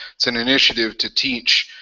it's an initiative to teach,